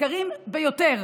יקרים ביותר,